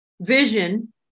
vision